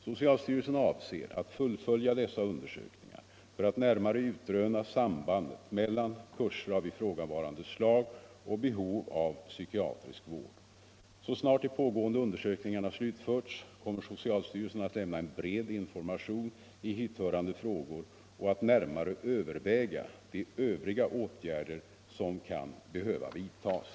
Socialstyrelsen avser att fullfölja dessa undersökningar för att närmare utröna sambandet mellan kurser av ifrågavarande slag och behov av psykiatrisk vård. Så snart de pågående undersökningarna slutförts kommer socialstyrelsen att lämna en bred information i hithörande frågor och att närmare överväga de övriga åtgärder som kan behöva vidtas.